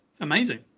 amazing